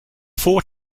four